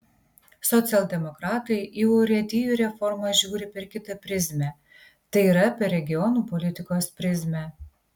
socialdemokratai į urėdijų reformą žiūri per kitą prizmę tai yra per regionų politikos prizmę